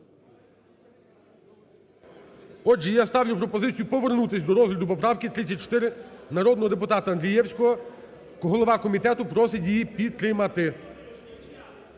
Отже, я ставлю пропозицію повернутись до розгляду поправки 34 народного депутата Андрієвського, голова комітету просить її підтримати.